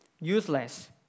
useless